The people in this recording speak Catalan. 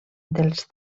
dels